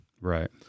right